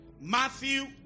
Matthew